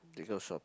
they go shopping